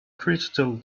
crystal